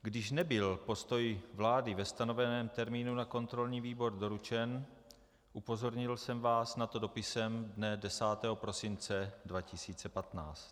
Když nebyl postoj vlády ve stanoveném termínu na kontrolní výbor doručen, upozornil jsem vás na to dopisem dne 10. prosince 2015.